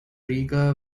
riga